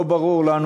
לא ברור לנו,